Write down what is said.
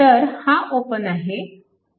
तर हा ओपन आहे